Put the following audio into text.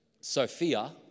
sophia